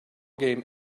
game